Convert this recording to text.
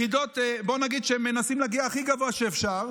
ליחידות, ובואו נגיד שמנסים להגיע הכי גבוה שאפשר,